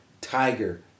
tiger